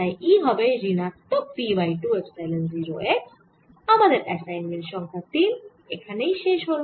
তাই E হবে ঋণাত্মক P বাই 2 এপসাইলন 0 x আমাদের অ্যাসাইনমেন্ট সংখ্যা তিন এখানেই শেষ হল